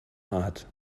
art